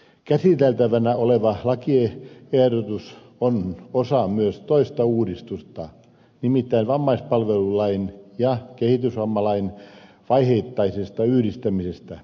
käsiteltävänä oleva lakiehdotus on osa myös toista uudistusta nimittäin vammaispalvelulain ja kehitysvammalain vaiheittaisesta yhdistämisestä